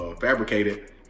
fabricated